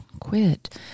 Quit